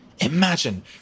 Imagine